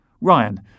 Ryan